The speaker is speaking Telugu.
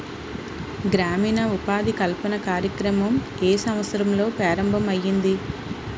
గ్రామీణ ఉపాధి కల్పన కార్యక్రమం ఏ సంవత్సరంలో ప్రారంభం ఐయ్యింది?